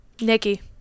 Nikki